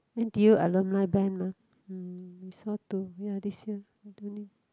N_T_U alumni band mah mm we saw two ya this year